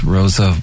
Rosa